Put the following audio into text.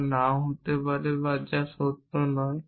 বা নাও হতে পারে বা যা সত্য নয়